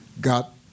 got